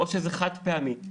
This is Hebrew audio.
או שזה חד פעמי,